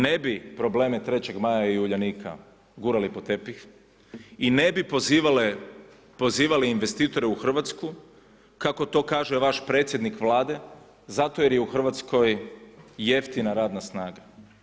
Ne bi probleme 3. maja i Uljanika gurali pod tepih i ne bi pozivali investitore u Hrvatsku kako to kaže vaš predsjednik Vlade, zato jer je u Hrvatskoj jeftina radna snaga.